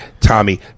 Tommy